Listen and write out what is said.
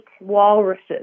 walruses